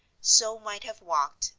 so might have walked,